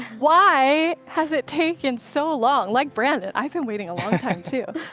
why has it taken so long? like brandon, i've been waiting a long time, too.